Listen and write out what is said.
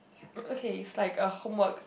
okay it's like a homework